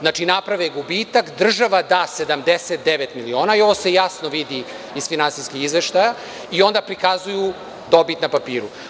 Znači, naprave gubitak, država da 79 miliona i ovo se jasno vidi iz finansijskih izveštaja i onda prikazuju dobit na papiru.